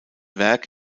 werk